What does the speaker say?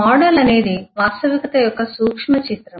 model అనేది వాస్తవికత యొక్క సూక్ష్మచిత్రం